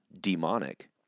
demonic